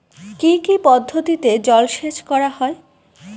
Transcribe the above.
কি কি পদ্ধতিতে জলসেচ করা হয়?